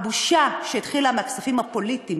הבושה שהתחילה מהכספים הפוליטיים,